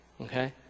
okay